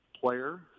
player